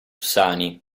sani